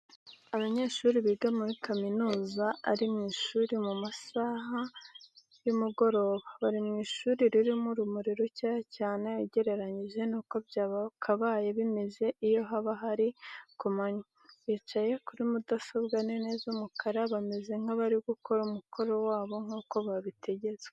Abanyeshuri biga muri kaminuza ari mu ishuri mu masaha y'umugoroba. Bari mu ishuri ririmo urumuri rukeya cyane ugereranyije n'uko byakabaye bimeze iyo haba ari kumanywa. Bicaye kuri mudasobwa nini z'umukara bameze nkabari gukora umukoro wabo nkuko babitegetswe.